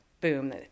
boom